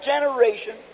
generation